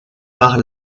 par